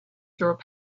through